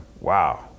wow